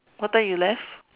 what time you left